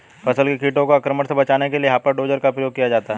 फसल को कीटों के आक्रमण से बचाने के लिए हॉपर डोजर का प्रयोग किया जाता है